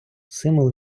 символ